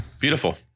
Beautiful